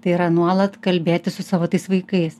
tai yra nuolat kalbėtis su savo tais vaikais